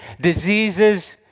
diseases